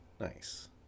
Nice